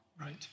Right